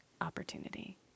opportunity